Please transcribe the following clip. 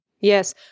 Yes